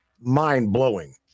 mind-blowing